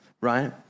right